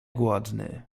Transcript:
głodny